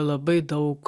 labai daug